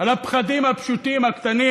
על הפחדים הפשוטים הקטנים,